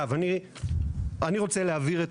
זה מה שכתוב בתלוש.